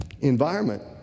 environment